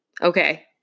Okay